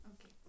Okay